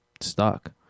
stuck